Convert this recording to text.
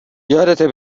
یادته